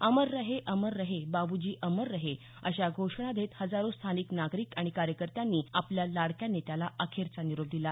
अमर रहे अमर रहे बाबूजी अमर रहे अशा घोषणा देत हजारो स्थानिक नागरिक आणि कार्यकर्त्यांनी आपल्या लाडक्या नेत्याला अखेरचा निरोप दिला